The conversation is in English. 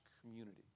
community